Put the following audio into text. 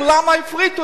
מה זה קשור,